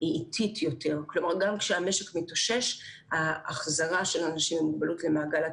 התכניות שאני חושבת שעד עכשיו השתתפו בהן מאות של אנשים עם אוטיזם,